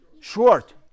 short